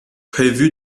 prévu